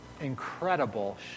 incredible